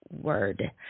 Word